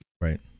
right